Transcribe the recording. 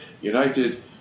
united